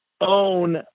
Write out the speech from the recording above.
own